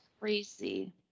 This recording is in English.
Crazy